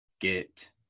get